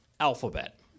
Alphabet